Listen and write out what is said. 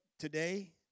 today